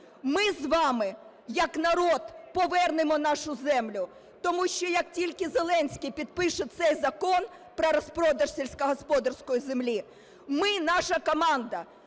Ми з вами як народ повернемо нашу землю, тому що як тільки Зеленський підпише цей закон про розпродаж сільськогосподарської землі, ми, наша команда,